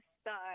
start